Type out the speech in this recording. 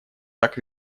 так